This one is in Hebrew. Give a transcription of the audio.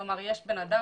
כלומר יש אדם